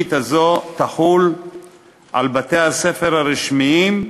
שהתוכנית הזאת תחול על בתי-הספר הרשמיים,